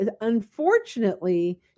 Unfortunately